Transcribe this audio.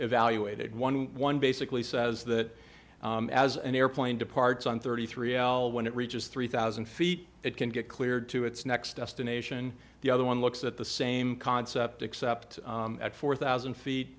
evaluated eleven basically says that as an airplane departs on thirty three l when it reaches three thousand feet it can get cleared to its next destination the other one looks at the same concept except at four thousand feet